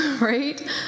right